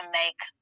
make